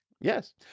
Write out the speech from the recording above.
Yes